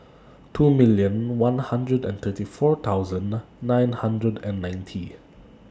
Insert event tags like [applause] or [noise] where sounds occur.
two million one hundred and thirty four thousand [noise] nine hundred and ninety